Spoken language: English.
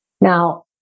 Now